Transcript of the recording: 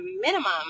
minimum